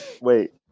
Wait